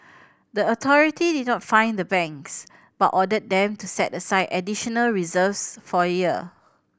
the authority did fine the banks but ordered them to set aside additional reserves for year